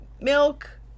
milk